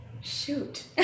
shoot